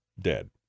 dead